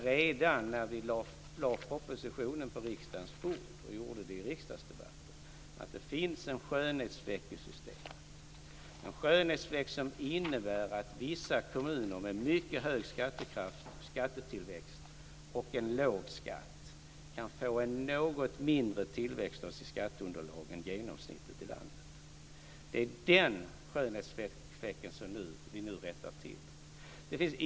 Redan när vi lade propositionen på riksdagens bord uttalade jag - jag gjorde det i riksdagsdebatten - att det finns en skönhetsfläck i systemet, en skönhetsfläck som innebär att vissa kommuner med mycket hög skattekraft och skattetillväxt och en låg skatt kan få en något mindre tillväxt av sitt skatteunderlag än genomsnittet i landet. Det är den skönhetsfläcken som vi nu rättar till.